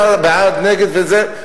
בעד, נגד וזה.